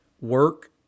work